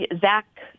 Zach